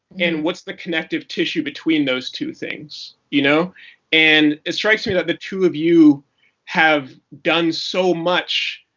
and what's the connective tissue between those two things. you know and it strikes me that the two of you have done so much,